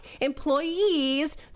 Employees